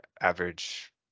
average